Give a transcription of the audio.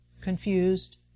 confused